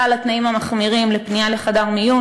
של התנאים המחמירים לפנייה לחדר מיון,